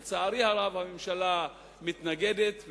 לצערי הרב הממשלה מתנגדת,